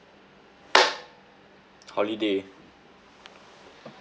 holiday